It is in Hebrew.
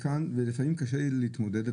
ולפעמים קשה להתמודד,